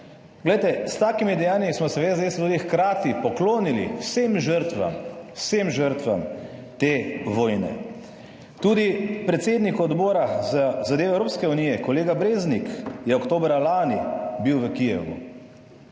s takimi dejanji smo se v SDS tudi hkrati poklonili vsem žrtvam, vsem žrtvam te vojne. Tudi predsednik Odbora za zadeve Evropske unije, kolega Breznik, je oktobra lani bil v Kijevu.